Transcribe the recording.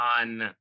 on